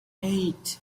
eight